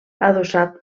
adossat